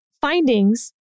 findings